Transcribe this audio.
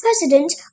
President